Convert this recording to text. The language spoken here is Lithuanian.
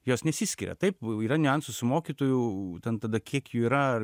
jos nesiskiria taip yra niuansų su mokytojų ten tada kiek jų yra ar